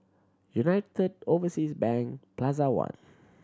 United Overseas Bank Plaza One